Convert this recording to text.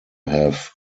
have